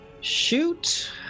shoot